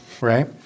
right